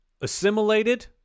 assimilated